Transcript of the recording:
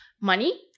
money